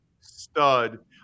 stud